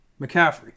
McCaffrey